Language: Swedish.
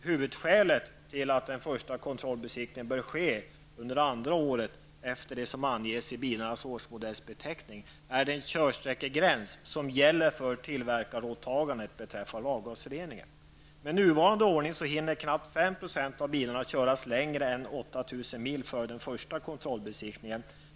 Huvudskälet till att den första kontrollbesiktningen bör ske under andra året efter det som anges i bilarnas årsmodellsbeteckning är den körsträckegräns som gäller för tillverkaråtagandet beträffande avgasreningen. Med nuvarande ordning hinner knappt 5 % av bilarna köras längre än 8 000 mil före den första kontrollbesiktningen.